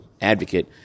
advocate